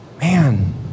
man